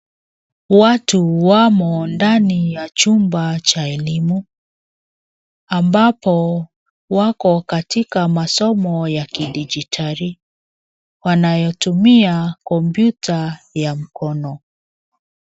Watu wamo ndani ya chumba cha elimu, ambapo wako katika masomo ya kidigitali. Wanayotumia kompyuta ya mkono.